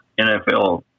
NFL